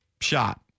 shot